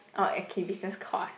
orh okay business course